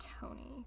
Tony